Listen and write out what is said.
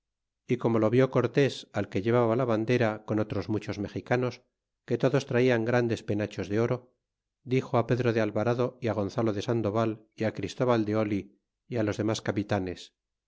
y como lo vi cortés al que llevaba la bandera con otros muchos mexicanos que todos traian grandes penachos de oro dixo á pedro de alvarado y gonzalo de sandoval y á christoval de oli y los demas capitanes